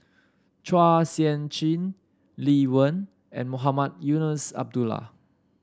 Chua Sian Chin Lee Wen and Mohamed Eunos Abdullah